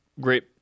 great